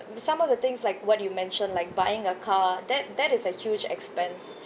some of the things like what you mentioned like buying a car that that is a huge expense